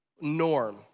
norm